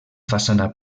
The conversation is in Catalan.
façana